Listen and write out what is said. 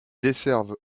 desservent